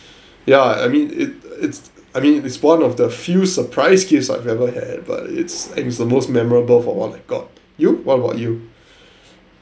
yeah I mean it it's I mean it's one of the few surprise gifts I've ever had but it's it's the most memorable for what I got you what about you